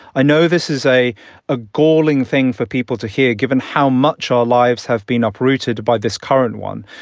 i know this is a a galling thing for people to hear, given how much our lives have been uprooted by this current one.